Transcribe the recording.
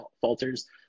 falters